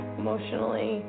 emotionally